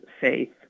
faith